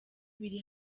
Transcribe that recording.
biri